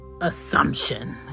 assumption